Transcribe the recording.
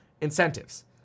incentives